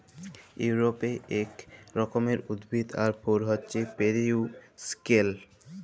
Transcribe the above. ইউরপে এক রকমের উদ্ভিদ আর ফুল হচ্যে পেরিউইঙ্কেল